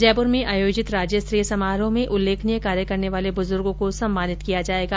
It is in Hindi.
जयपुर में आयोजित राज्यस्तरीय समारोह में उल्लेखनीय कार्य करने वाले बुजुर्गो को सम्मानित किया जायेगा